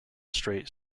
straight